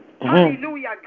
Hallelujah